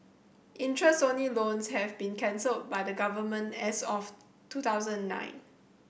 interest only loans have been cancelled by the Government as of two thousand nine